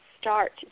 start